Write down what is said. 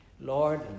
Lord